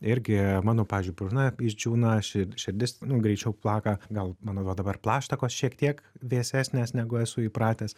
irgi mano pavyzdžiui burna išdžiūna ši širdis nu greičiau plaka gal mano va dabar plaštakos šiek tiek vėsesnės negu esu įpratęs